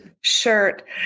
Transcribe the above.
shirt